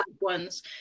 ones